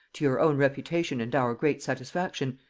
to your own reputation and our great satisfaction,